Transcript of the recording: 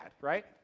right